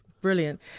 Brilliant